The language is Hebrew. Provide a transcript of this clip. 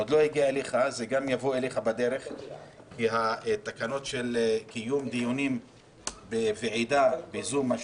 זה גם יבוא אליך כי התקנות של קיום דיונים בוועידת זום של